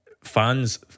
fans